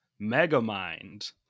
Megamind